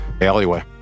alleyway